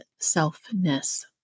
selfness